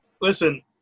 listen